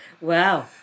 Wow